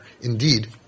indeed